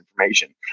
information